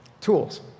Tools